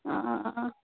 हाँ